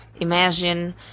Imagine